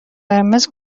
قرمز